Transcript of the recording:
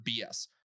BS